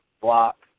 block